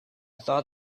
thought